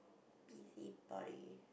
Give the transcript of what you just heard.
busybody